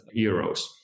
euros